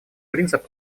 принцип